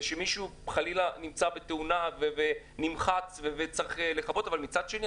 שמישהו חלילה נפגע בתאונה ונמחץ וצריך להציל אבל מצד שני,